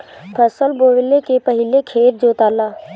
फसल बोवले के पहिले खेत जोताला